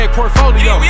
Portfolio